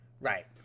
Right